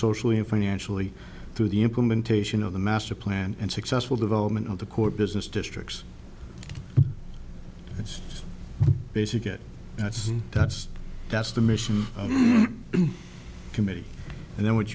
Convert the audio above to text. socially and financially through the implementation of the master plan and successful development of the core business districts it's just basic get that's that's that's the mission committee and then what